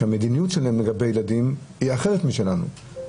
שהמדיניות שלהם לגבי ילדים היא אחרת משלנו,